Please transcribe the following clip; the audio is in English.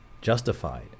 justified